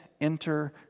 enter